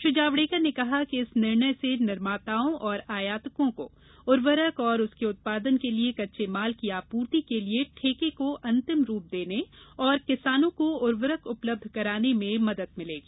श्री जावड़ेकर ने कहा कि इस निर्णय से निर्माताओं और आयातकों को उर्वरक और उसके उत्पादन के लिए कच्चे माल की आपूर्ति के लिए ठेके को अंतिम रूप देने और किसानों को उर्वरक उपलब्ध कराने में मदद मिलेगी